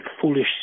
foolish